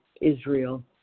Israel